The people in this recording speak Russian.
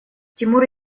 тимур